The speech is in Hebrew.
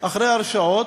אחרי ההרשעות?